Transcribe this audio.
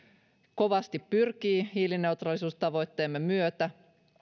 kovasti pyrkii hiilineutraalisuustavoitteemme myötä